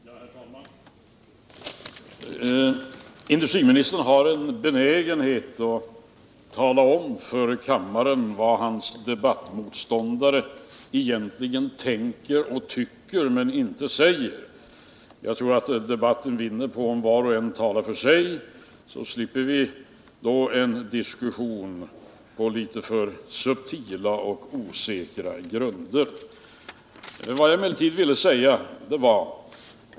Herr talman! Industriministern har en benägenhet att tala om för kammaren vad hans debattmotståndare egentligen tänker och tycker men inte säger. Jag tror att debatten vinner på om var och en talar för sig — då slipper vi en diskussion på litet för subtila och osäkra grunder.